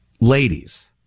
Ladies